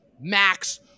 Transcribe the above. Max